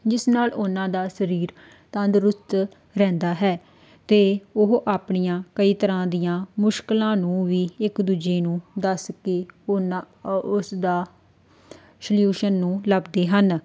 ਜਿਸ ਨਾਲ ਉਹਨਾਂ ਦਾ ਸਰੀਰ ਤੰਦਰੁਸਤ ਰਹਿੰਦਾ ਹੈ ਅਤੇ ਉਹ ਆਪਣੀਆਂ ਕਈ ਤਰ੍ਹਾਂ ਦੀਆਂ ਮੁਸ਼ਕਿਲਾਂ ਨੂੰ ਵੀ ਇੱਕ ਦੂਜੇ ਨੂੰ ਦੱਸ ਕੇ ਉਹਨਾਂ ਉਸ ਦਾ ਸ਼ਲਿਊਸ਼ਨ ਨੂੰ ਲੱਭਦੇ ਹਨ